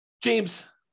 James